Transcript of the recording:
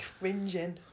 cringing